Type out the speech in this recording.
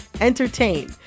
entertain